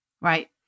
right